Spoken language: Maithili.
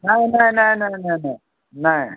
नहि नहि नहि नहि नहि नहि नहि